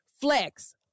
flex